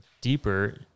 deeper